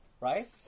right